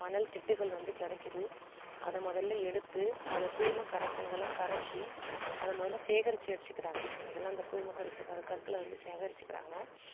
மணல் திட்டுகள் வந்து கிடைக்குது அதை முதலில் எடுத்து அது கூழ்மக்கரைசல்களாக கரைச்சு அதை முதல்ல சேகரிச்சு வச்சுக்கிறாங்க முதலில் அந்த கூழ்மக்கரைசல் கற்களை வந்து சேகரிச்சுக்கிறாங்க